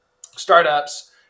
startups